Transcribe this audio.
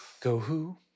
Go-who